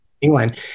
england